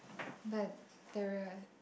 but there are